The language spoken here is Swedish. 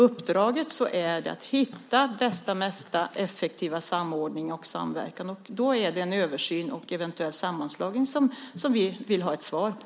Uppdraget är att hitta bästa och mest effektiva samordning och samverkan, och då är det en översyn och eventuell sammanslagning som vi vill ha svar på.